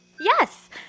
Yes